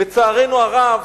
לצערנו הרב,